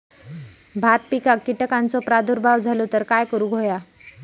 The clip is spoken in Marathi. भात पिकांक कीटकांचो प्रादुर्भाव झालो तर काय करूक होया?